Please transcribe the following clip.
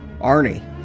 Arnie